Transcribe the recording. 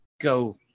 go